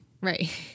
Right